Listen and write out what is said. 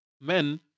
Men